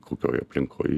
kokioj aplinkoj